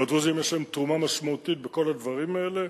והדרוזים יש להם תרומה משמעותית בכל הדברים האלה.